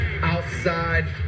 outside